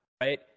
Right